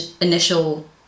initial